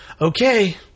okay